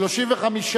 סעיף 1 נתקבל.